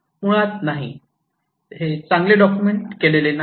मुळात नाही हे चांगले डॉक्युमेंट केलेले नाही